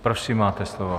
Prosím, máte slovo.